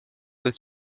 que